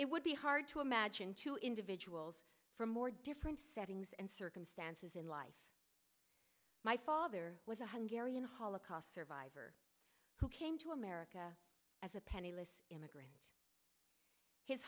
it would be hard to imagine two individuals from more different settings and circumstances in life my father was a hungary and holocaust survivor who came to america as a penniless immigrant his